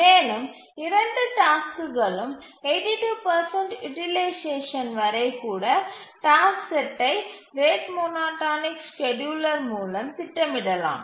மேலும் 2 டாஸ்க்குகளுக்கு 82 யூட்டிலைசேஷன் வரை கூட டாஸ்க் செட்டை ரேட் மோனோடோனிக் ஸ்கேட்யூலர் மூலம் திட்டமிடலாம்